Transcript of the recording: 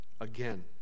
Again